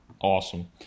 Awesome